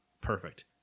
Perfect